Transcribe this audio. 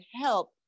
help